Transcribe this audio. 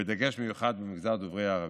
ובדגש מיוחד במגזר דוברי הערבית.